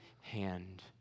hand